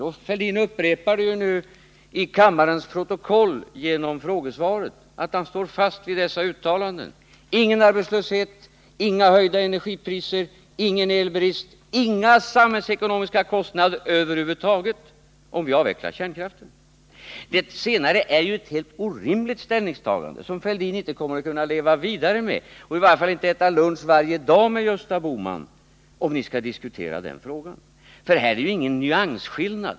Thorbjörn Fälldin upprepade ju nu till kammarens protokoll genom frågesvaret att han står fast vid dessa uttalanden: Ingen arbetslöshet, inga höjda energipriser, ingen elbrist, inga samhällsekonomiska kostnader över huvud taget, om vi avvecklar kärnkraften. Det senare är ju ett helt orimligt ställningstagande, som Thorbjörn Fälldin inte kommer att kunna leva vidare med, och i varje fall kommer han inte att kunna äta lunch varje dag med Gösta Bohman, om ni skall diskutera den frågan. Här gäller det ju inte någon nyansskillnad.